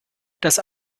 dass